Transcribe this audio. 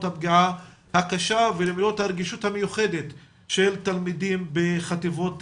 הפגיעה הקשה ולמרות הרגישות המיוחדת של תלמידים בחטיבות